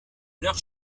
leurs